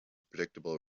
predictable